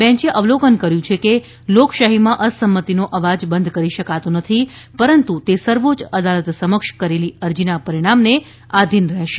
બેંચે અવલોકન કર્યું કે લોકશાહીમાં અસંમતિનો અવાજ બંધ કરી શકાતો નથી પરંતુ તે સર્વોચ્ય અદાલત સમક્ષ કરેલી અરજીના પરિણામને આધિન રહેશે